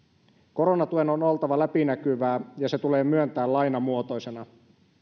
koronatuen on oltava läpinäkyvää ja se tulee myöntää lainamuotoisena